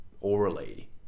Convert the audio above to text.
orally